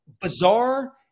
bizarre